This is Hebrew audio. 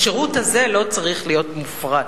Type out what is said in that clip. השירות הזה לא צריך להיות מופרט.